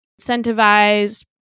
incentivized